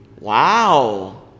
Wow